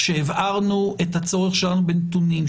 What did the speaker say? כשהבהרנו את הצורך שלנו בנתונים,